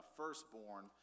firstborn